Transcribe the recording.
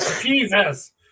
jesus